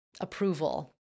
approval